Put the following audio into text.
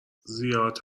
زیاد